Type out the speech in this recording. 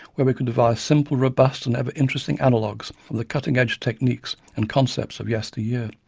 where we could devise simple, robust and ever interesting analogues of the cutting edge techniques and concepts of yester year.